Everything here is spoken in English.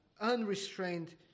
unrestrained